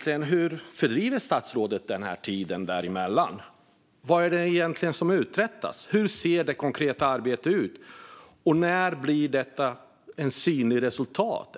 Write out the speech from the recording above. Men hur fördriver statsrådet tiden däremellan? Vad är det egentligen som uträttas? Hur ser det konkreta arbetet ut? Och när blir det något synligt resultat?